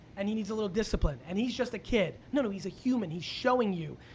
and he needs a little discipline, and he's just a kid. no, no, he's a human, he's showing you.